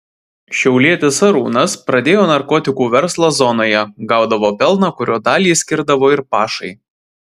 šiaulietis arūnas pradėjo narkotikų verslą zonoje gaudavo pelną kurio dalį skirdavo ir pašai